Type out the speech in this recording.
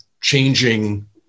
changing